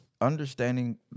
understanding